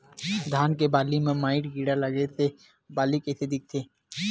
धान के बालि म माईट कीड़ा लगे से बालि कइसे दिखथे?